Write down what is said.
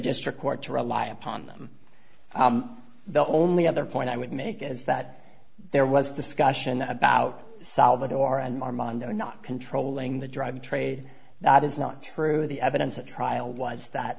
district court to rely upon them the only other point i would make is that there was discussion about salvador and mando not controlling the drug trade that is not true the evidence at trial was that